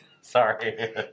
Sorry